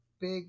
big